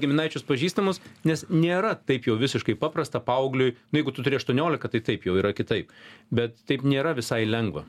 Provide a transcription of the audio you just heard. giminaičius pažįstamus nes nėra taip jau visiškai paprasta paaugliui nu jeigu tu turi aštuoniolika tai taip jau yra kitaip bet taip nėra visai lengva